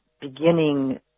beginning